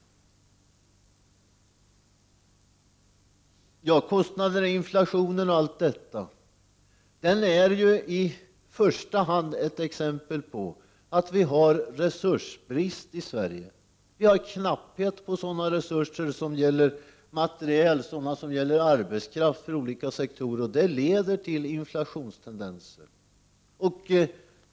13 december 1989 Kostnaderna och inflationen är ju i första hand ett exempel på att vihar = Ars ag resursbrist i Sverige — vi har knapphet på sådana resurser som materiel och arbetskraft för olika sektorer, och det leder till inflationstendenser.